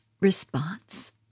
response